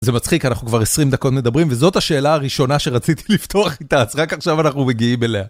זה מצחיק, אנחנו כבר 20 דקות מדברים, וזאת השאלה הראשונה שרציתי לפתוח איתה, רק עכשיו אנחנו מגיעים אליה.